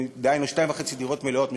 דהיינו שתיים וחצי דירות מלאות,